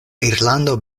irlando